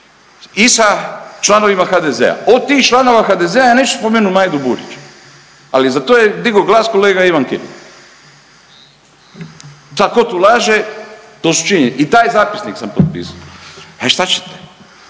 i sa članovima HDZ-a. Od tih članova HDZ-a ja neću spomenuti Majdu Burić, ali za to je digao glas kolega Ivan Kirin. Sad tko tu laže, to su činjenice. I taj zapisnik sam potpisao. A šta ćete?